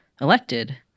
elected